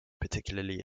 particularly